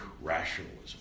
rationalism